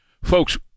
Folks